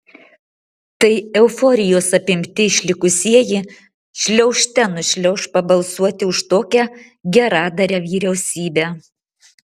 tai euforijos apimti išlikusieji šliaužte nušliauš pabalsuoti už tokią geradarę vyriausybę